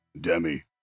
Demi